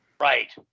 Right